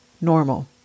normal